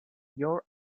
your